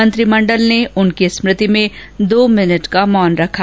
मंत्रिमंडल ने उनकी स्मृति में दो मिनट का मौन रखा